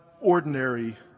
ordinary